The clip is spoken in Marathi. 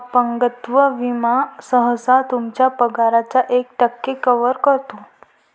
अपंगत्व विमा सहसा तुमच्या पगाराच्या एक टक्के कव्हर करतो